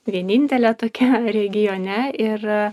vienintelė tokia regione ir